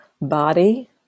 body